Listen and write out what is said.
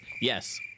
Yes